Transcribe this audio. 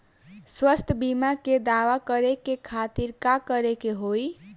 स्वास्थ्य बीमा के दावा करे के खातिर का करे के होई?